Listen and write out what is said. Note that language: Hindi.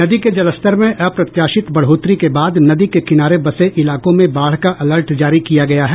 नदी के जलस्तर में अप्रत्याशित बढ़ोतरी के बाद नदी के किनारे बसे इलाकों में बाढ़ का अलर्ट जारी किया गया है